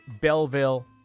Belleville